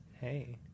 Hey